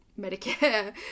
Medicare